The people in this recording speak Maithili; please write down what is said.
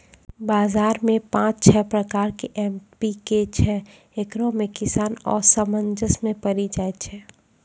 बाजार मे पाँच छह प्रकार के एम.पी.के छैय, इकरो मे किसान असमंजस मे पड़ी जाय छैय?